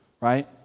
right